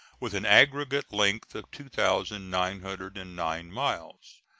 with an aggregate length of two thousand nine hundred and nine miles.